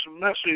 message